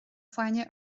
fáinne